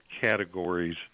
categories